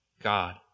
God